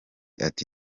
ati